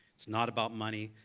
it's not about money.